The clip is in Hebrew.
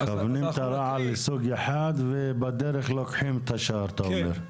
מכוונים את הרעל לסוג אחד ובדרך לוקחים את השאר אתה אומר.